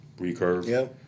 recurve